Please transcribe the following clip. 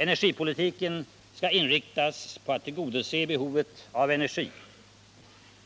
Energipolitiken skall inriktas på att tillgodose behovet av energi,